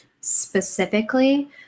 specifically